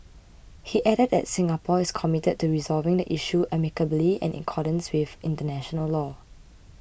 he added that Singapore is committed to resolving the issue amicably and in accordance with international law